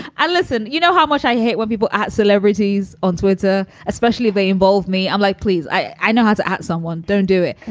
i listen you know how much i hate when people at celebrities on twitter, especially if they involve me, i'm like, please. i i know how to act someone. don't do it.